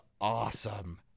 awesome